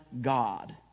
God